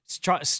try